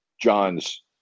John's